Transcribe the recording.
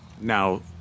Now